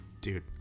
dude